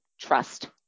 trust